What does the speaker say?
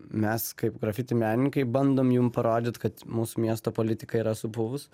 mes kaip grafiti menininkai bandom jum parodyt kad mūsų miesto politika yra supuvus